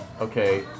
Okay